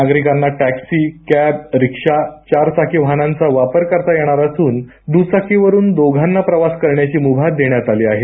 नागरिकांना taxi cab rickshaw चार चाकी वाहनांचा वापर करता येणार असून द्चाकीवरून दोघांना प्रवास करण्याची मूभा देण्यात आली आहे